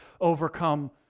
overcome